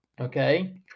okay